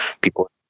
people